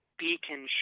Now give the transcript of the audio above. beacon